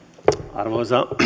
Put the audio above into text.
arvoisa